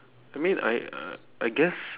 that means I I guess